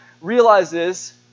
realizes